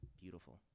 Beautiful